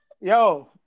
Yo